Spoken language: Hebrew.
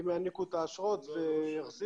הם יעניקו את האשרות ויחזירו.